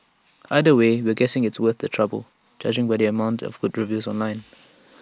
either way we're guessing it's worth the trouble judging by the amount of good reviews online